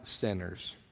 sinners